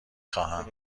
خواهم